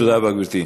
תודה רבה, גברתי.